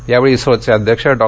या वेळी इस्रोचे अध्यक्ष डॉ